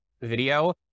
video